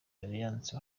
alliance